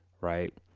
Right